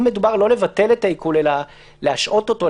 אם מדובר על לא לבטל את העיקול אלא להשהות אותו,